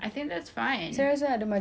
prove the fact that you're healthy